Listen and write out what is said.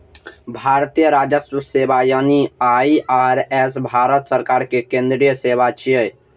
भारतीय राजस्व सेवा यानी आई.आर.एस भारत सरकार के केंद्रीय सेवा छियै